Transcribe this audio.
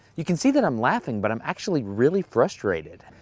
you can see that i'm laughing but i'm actually really frustrated.